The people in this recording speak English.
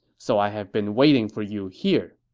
so i have been waiting for you here.